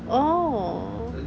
oh